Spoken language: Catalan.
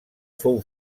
fou